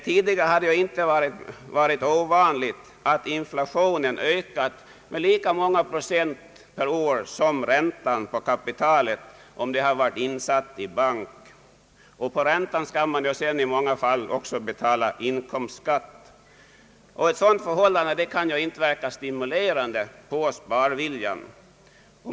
Tidigare har det inte varit ovanligt att inflationen ökat med lika många procent per år som procentsatsen för räntan på kapitalet, om detta varit insatt på bank. På räntan skall man sedan i många fall betala inkomstskatt. Ett sådant förhållande kan inte verka stimulerande på sparviljan.